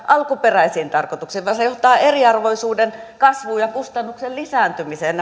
alkuperäisiin tarkoituksiin vaan ne johtavat eriarvoisuuden kasvuun ja kustannusten lisääntymiseen